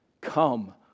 Come